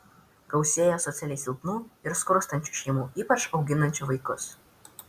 gausėjo socialiai silpnų ir skurstančių šeimų ypač auginančių vaikus